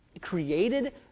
created